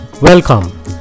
Welcome